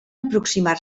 aproximar